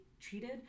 treated